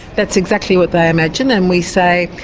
that's exactly what they imagine and we say,